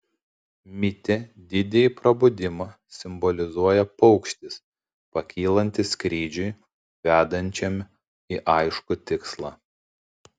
mite didįjį prabudimą simbolizuoja paukštis pakylantis skrydžiui vedančiam į aiškų tikslą